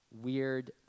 weird